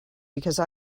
because